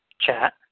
chat